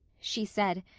she said,